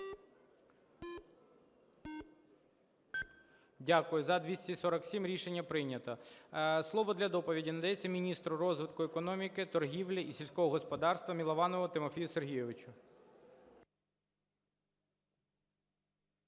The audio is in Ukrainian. Дякую. За – 247. Рішення прийнято. Слово для доповіді надається міністру розвитку економіки, торгівлі і сільського господарства Милованову Тимофію Сергійовичу.